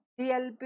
DLP